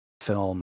film